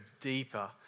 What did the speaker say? deeper